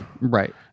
right